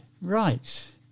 Right